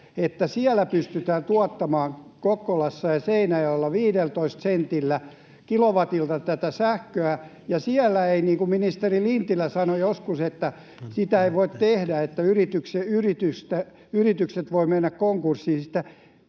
Seinäjoella pystytään tuottamaan 15 sentillä kilowatilta sähköä ja siellä ei... Ministeri Lintilä sanoi joskus, että sitä ei voi tehdä, koska yritykset voivat mennä konkurssiin siitä.